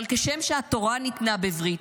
אבל כשם שהתורה ניתנה בברית,